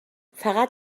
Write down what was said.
فقط